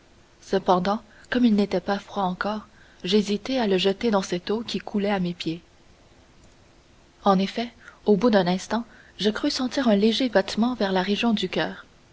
cependant comme il n'était pas froid encore j'hésitai à le jeter dans cette eau qui coulait à mes pieds en effet au bout d'un instant je crus sentir un léger battement vers la région du coeur